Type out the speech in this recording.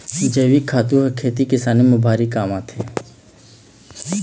जइविक खातू ह खेती किसानी म भारी काम आथे